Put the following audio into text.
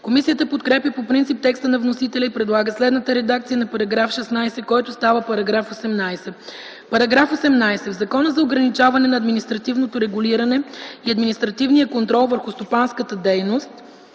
Комисията подкрепя по принцип текста на вносителя и предлага следната редакция на § 16, който става § 18: „§ 18. В Закона за ограничаване на административното регулиране и административния контрол върху стопанската дейност